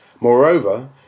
Moreover